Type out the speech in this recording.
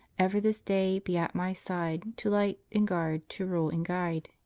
ever this day be at my side, to light and guard, to rule and guide.